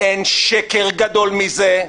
אין שקר גדול מזה,